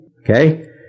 Okay